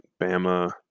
Bama